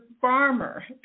farmer